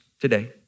today